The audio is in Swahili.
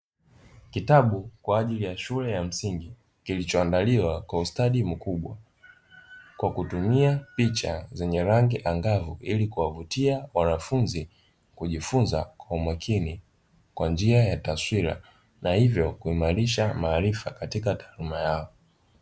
Kitabu kwa ajili ya shule ya msingi, kilicho andaliwa kwa ustadi mkubwa kwa kutumia picha zenye rangi angavu ili kuwavutia wanafunzi kujifunza kwa umakini kwa njia ya taswira na hivyo kuimarisha maarifa katika taaluma yao.